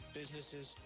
businesses